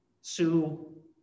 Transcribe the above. Sue